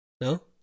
No